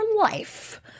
life